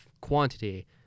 quantity